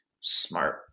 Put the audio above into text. smart